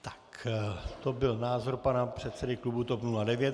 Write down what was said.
Tak to byl názor pana předsedy klubu TOP 09.